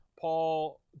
Paul